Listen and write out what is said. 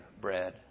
bread